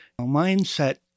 mindset